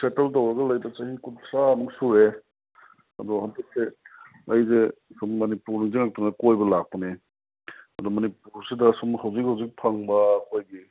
settle ꯇꯧꯔꯒ ꯂꯩꯕ ꯆꯍꯤ ꯀꯨꯟꯊ꯭ꯔꯥ ꯃꯨꯛ ꯁꯨꯔꯦ ꯑꯗꯣ ꯍꯟꯇꯛꯁꯦ ꯑꯩꯁꯦ ꯁꯨꯝ ꯃꯅꯤꯄꯨꯔ ꯅꯤꯡꯖꯪꯉꯛꯇꯅ ꯀꯣꯏꯕ ꯂꯥꯛꯄꯅꯦ ꯑꯗꯨ ꯃꯅꯤꯄꯨꯔꯁꯤꯗ ꯁꯨꯝ ꯍꯧꯖꯤꯛ ꯍꯧꯖꯤꯛ ꯐꯪꯕ ꯑꯩꯈꯣꯏꯒꯤ